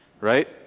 right